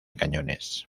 cañones